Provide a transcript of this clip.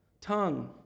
tongue